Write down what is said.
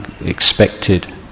expected